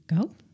go